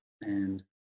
and-